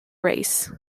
race